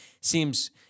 seems